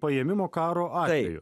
paėmimo karo atveju